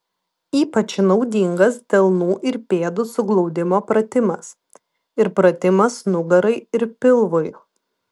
ypač naudingas delnų ir pėdų suglaudimo pratimas ir pratimas nugarai ir pilvui